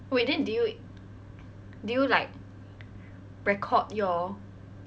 wait then do you do you like record your